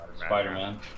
Spider-Man